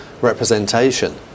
representation